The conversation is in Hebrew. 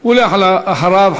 ואחריו,